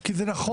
כי זה נכון.